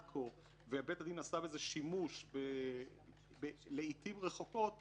כה ובית הדין עשה בזה שימוש לעיתים רחוקות,